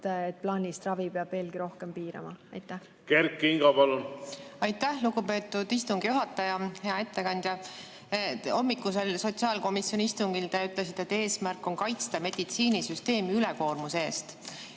et plaanilist ravi peab veelgi rohkem piirama. Kert Kingo, palun! Kert Kingo, palun! Aitäh, lugupeetud istungi juhataja! Hea ettekandja! Hommikusel sotsiaalkomisjoni istungil te ütlesite, et eesmärk on kaitsta meditsiinisüsteemi ülekoormuse eest.